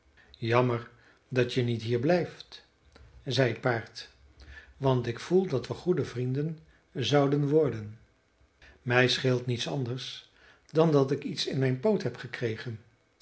jammer dat je niet hier blijft zei het paard want ik voel dat we goede vrienden zouden worden mij scheelt niet anders dan dat ik iets in mijn poot heb gekregen